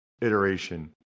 iteration